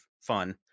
fun